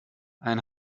ein